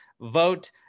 vote